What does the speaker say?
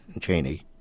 Cheney